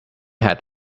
had